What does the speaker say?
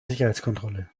sicherheitskontrolle